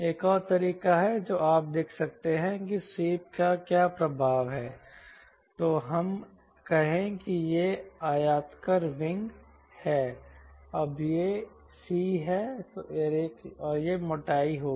एक और तरीका है जो आप देख सकते हैं कि स्वीप का क्या प्रभाव है तो हम कहें कि यह आयताकार विंग है अब यह c है और एक मोटाई होगी